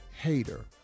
hater